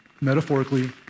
metaphorically